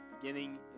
beginning